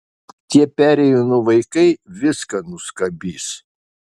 tie perėjūnų vaikai viską nuskabys